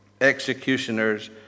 executioners